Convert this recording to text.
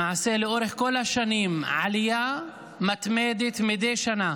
למעשה, לאורך כל השנים יש עלייה מתמדת מדי שנה